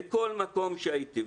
בכל מקום שהייתי,